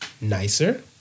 nicer